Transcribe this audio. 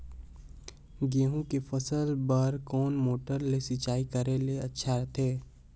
गहूं के फसल बार कोन मोटर ले सिंचाई करे ले अच्छा रथे?